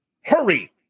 hurry